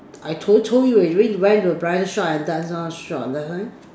I told told you already I really went to a bridal shop and dance all shop that's right